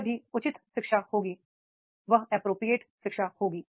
जब भी उचित शिक्षा होगी एप्रोप्रियेट शिक्षा होगी